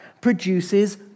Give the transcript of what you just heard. produces